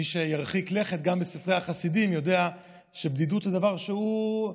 מי שירחיק לכת בספרי החסידים ידע שבדידות זה דבר שהוא,